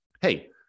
Hey